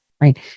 right